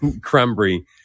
cranberry